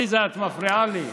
עליזה, את מפריעה לי.